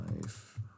Life